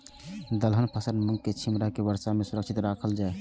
दलहन फसल मूँग के छिमरा के वर्षा में सुरक्षित राखल जाय?